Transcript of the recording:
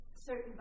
certain